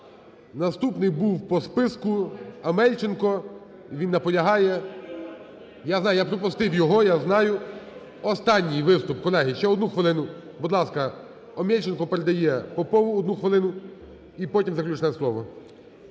Наступний був по списку Амельченко, він наполягає. Я знаю, я пропустив його, я знаю. Останній виступ, колеги, ще одну хвилину. Будь ласка, Амельченко передає Попову одну хвилину. І потім заключне слово.